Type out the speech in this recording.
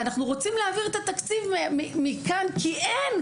אנחנו רוצים להעביר את התקציב מכאן כי אין,